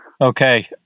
Okay